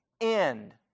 end